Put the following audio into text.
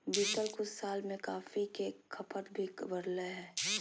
बीतल कुछ साल में कॉफ़ी के खपत भी बढ़लय हें